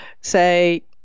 say